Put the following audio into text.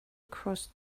across